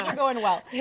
going well.